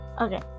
Okay